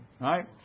Right